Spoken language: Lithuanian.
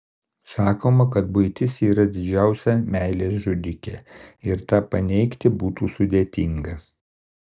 sakoma kad buitis yra didžiausia meilės žudikė ir tą paneigti būtų sudėtinga